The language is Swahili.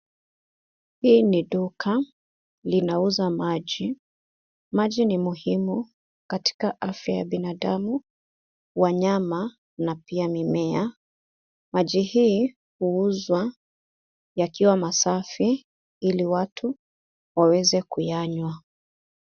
Hii ni duka. Linauza maji . Maji ni muhimu katika afya ya binadamu , wanyama na pia mimea. Maji hii huuzwa yakiwa masafi ili watu waweze kuyanywa.